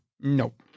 Nope